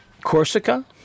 Corsica